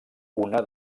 una